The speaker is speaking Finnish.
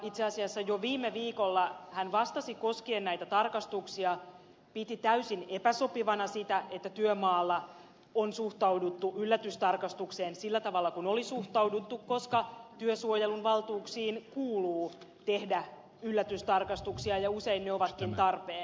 itse asiassa jo viime viikolla hän vastasi kysymykseen joka koski näitä tarkastuksia ja piti täysin epäsopivana sitä että työmaalla oli suhtauduttu yllätystarkastukseen sillä tavalla kuin oli suhtauduttu koska työsuojeluviranomaisen valtuuksiin kuuluu tehdä yllätystarkastuksia ja usein ne ovatkin tarpeen